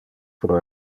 pro